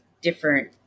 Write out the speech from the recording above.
different